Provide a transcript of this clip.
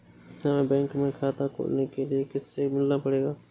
हमे बैंक में खाता खोलने के लिए किससे मिलना पड़ेगा?